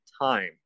time